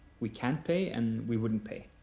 we can't pay and we wouldn't pay.